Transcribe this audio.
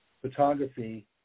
photography